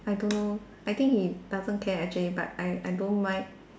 I don't know I think he doesn't care actually but I I don't mind